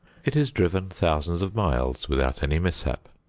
it is driven thousands of miles without any mishap.